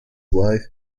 wife